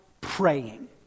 praying